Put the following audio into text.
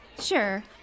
Sure